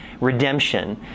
redemption